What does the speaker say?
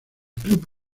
club